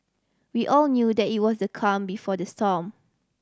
we all knew that it was the calm before the storm